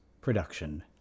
production